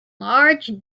large